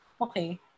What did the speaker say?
okay